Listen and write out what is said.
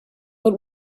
but